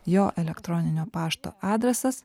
jo elektroninio pašto adresas